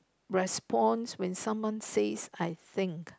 response when someone says I think